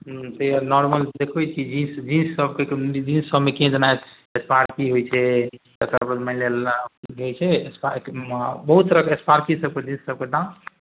normal देखै छिए jeans jeans सबके जीन्स सबमे कि जेना स्पार्की होइ छै तकर बाद मानि लिअऽ लेविस होइ छै बहुत तरहके स्पार्की सबके जीन्स सबके दाम